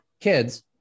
kids